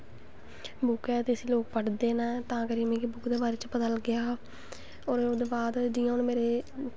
book ऐ ते इस्सी लोग पढ़दे न तां करियै मिगी बुक्क दे बारे च पता लग्गेआ हा होर ओह्दे बाद जि'यां हून मेरे